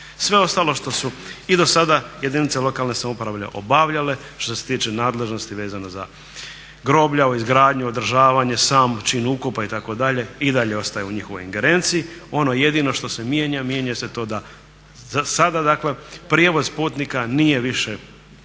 Sve ostalo što su i do sada jedinice lokalne samouprave obavljale što se tiče nadležnosti vezano za groblja u izgradnji, održavanje, sam čin ukopa itd. i dalje ostaje u njihovoj ingerenciji. Ono jedini što se mijenja, mijenja se to da, sada dakle prijevoz putnika nije više nešto